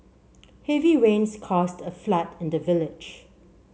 heavy rains caused a flood in the village